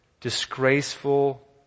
disgraceful